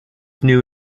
knew